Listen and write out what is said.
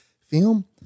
film